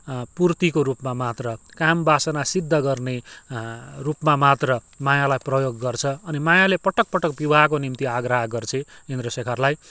पूर्तिको रूपमा मात्र कामवासना सिद्ध गर्ने रूपमा मात्र मायालाई प्रयोग गर्छ अनि मायाले पटक पटक विवाहको निम्ति आग्रह गर्छे इन्द्रशेखरलाई